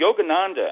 Yogananda